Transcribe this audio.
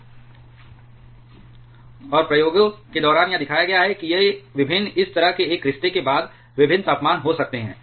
αprompt NFVF ξM ∑sM VM I β1 2√T ⇒ αprompt β1 2√T ln 1p और प्रयोगों के दौरान यह दिखाया गया है कि यह अभिन्न इस तरह के एक रिश्ते के बाद विभिन्न तापमान हो सकता है